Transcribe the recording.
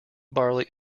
barley